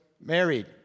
married